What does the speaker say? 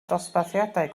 dosbarthiadau